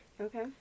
okay